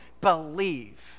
believe